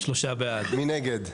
מי נגד?